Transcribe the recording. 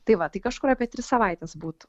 tai va tai kažkur apie tris savaites būtų